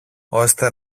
ώστε